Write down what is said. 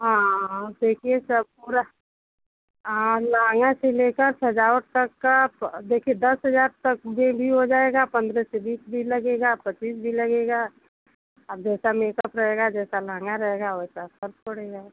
हाँ हाँ देखिए सब पूरा लहंगा से लेकर सजावट तक का देखिए दस हजार तक में भी हो जाएगा पन्द्रह से बीस भी लगेगा पच्चीस भी लगेगा अब जैसा मेकअप रहेगा जैसा लहंगा रहेगा वैसा फर्क पड़ेगा